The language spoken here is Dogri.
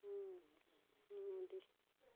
हून हून ते